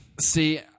See